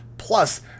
Plus